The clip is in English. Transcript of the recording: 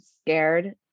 scared